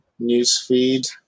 Newsfeed